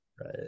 Right